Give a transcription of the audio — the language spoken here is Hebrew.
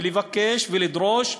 ולבקש ולדרוש,